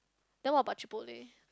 then what about Chipotle